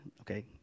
Okay